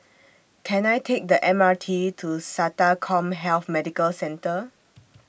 Can I Take The M R T to Sata Commhealth Medical Centre